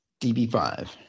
db5